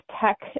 tech